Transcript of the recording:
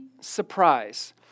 surprise